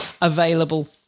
available